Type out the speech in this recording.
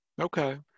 Okay